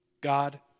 God